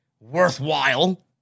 worthwhile